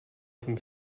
jsem